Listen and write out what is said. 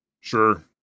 Sure